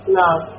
love